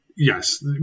Yes